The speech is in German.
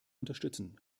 unterstützen